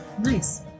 Nice